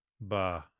Bah